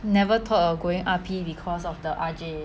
never thought of going R_P because of the R_J